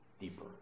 deeper